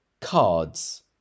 Cards